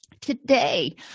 today